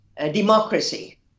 democracy